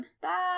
Bye